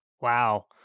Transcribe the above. Wow